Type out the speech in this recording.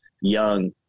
young